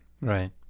Right